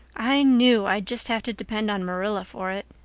i knew i'd just have to depend on marilla for it.